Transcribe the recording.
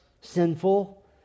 sinful